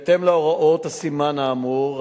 בהתאם להוראות הסימן האמור,